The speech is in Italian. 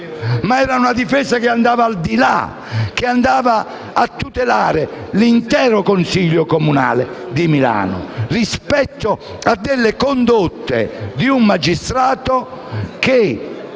la sua difesa andava al di là, andava a tutelare l'intero Consiglio comunale di Milano rispetto a delle condotte di un magistrato che,